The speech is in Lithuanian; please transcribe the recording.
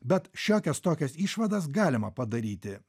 bet šiokias tokias išvadas galima padaryti